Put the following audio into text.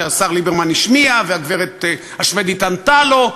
שהשר ליברמן השמיע והגברת השבדית ענתה לו,